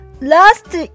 Last